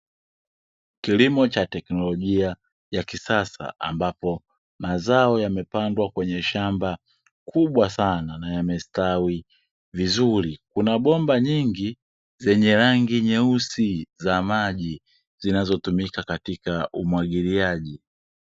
Kilimo cha teknolojia ya kisasa, ambapo mazao yamepandwa kwenye shamba kubwa sana na yamestawi vizuri, kuna bomba nyingi zenye rangi nyeusi za maji zinazotumika katika umwagiliaji.